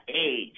age